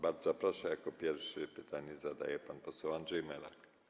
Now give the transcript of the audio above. Bardzo proszę, jako pierwszy pytanie zadaje pan poseł Andrzej Melak.